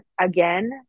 again